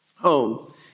home